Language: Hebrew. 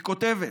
היא כותבת: